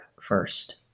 first